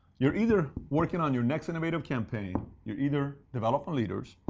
you're either working on your next innovative campaign, you're either developing leaders,